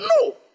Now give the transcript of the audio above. no